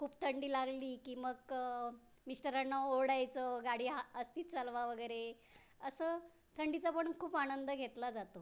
खूप थंडी लागली की मग मिस्टरांना ओरडायचं गाडी हा आस्ते चालवा वगैरे असं थंडीचा पण खूप आनंद घेतला जातो